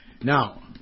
Now